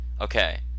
Okay